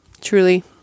truly